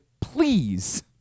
please